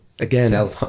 Again